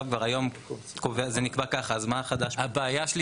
זה נראה שזה